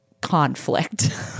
conflict